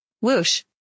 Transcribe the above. Whoosh